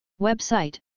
Website